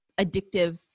addictive